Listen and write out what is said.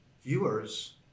viewers